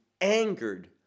angered